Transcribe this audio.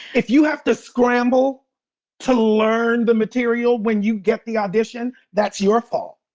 if you have to scramble to learn the material when you get the audition, that's your fault.